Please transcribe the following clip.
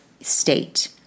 state